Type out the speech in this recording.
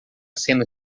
sendo